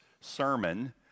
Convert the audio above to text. sermon